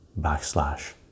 backslash